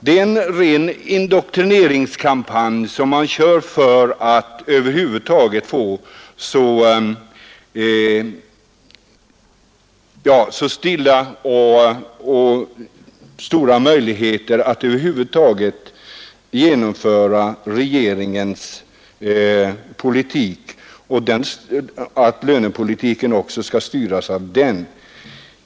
Det är en ren indoktrineringskampanj som man kör för att få så stora förutsättningar som möjligt att genomföra regeringens politik så att också lönepolitiken skall styras av den.